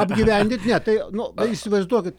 apgyvendinti ne tai nu įsivaizduokit